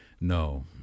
No